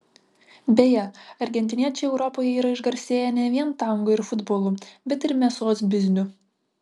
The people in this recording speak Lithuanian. beje argentiniečiai europoje yra išgarsėję ne vien tango ir futbolu bet ir mėsos bizniu